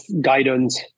guidance